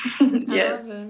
Yes